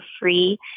free